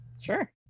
Sure